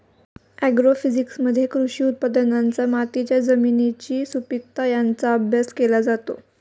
ॲग्रोफिजिक्समध्ये कृषी उत्पादनांचा मातीच्या जमिनीची सुपीकता यांचा अभ्यास केला जातो